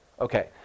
Okay